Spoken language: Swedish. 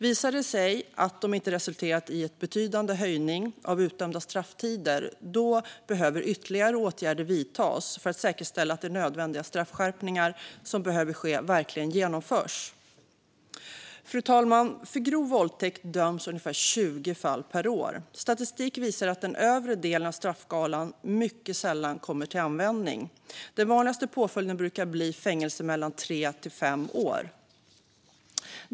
Visar det sig att det inte resulterar i en betydande höjning av utdömda strafftider behöver ytterligare åtgärder vidtas för att säkerställa att de nödvändiga straffskärpningar som behöver ske verkligen genomförs. Fru talman! För grov våldtäkt döms ungefär 20 fall per år. Statistik visar att den övre delen av straffskalan mycket sällan kommer till användning. Den vanligaste påföljden brukar bli fängelse mellan tre och fem år.